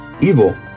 evil